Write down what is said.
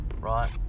right